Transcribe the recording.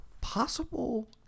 possible